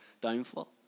downfall